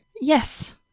Yes